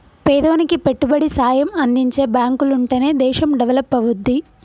పేదోనికి పెట్టుబడి సాయం అందించే బాంకులుంటనే దేశం డెవలపవుద్ది